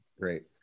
great